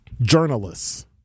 journalists